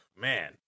man